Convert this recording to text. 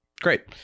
Great